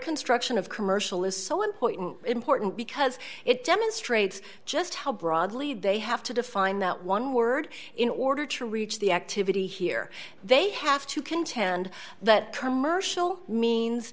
construction of commercial is so important important because it demonstrates just how broadly they have to define that one word in order to reach the activity here they have to contend that commercial means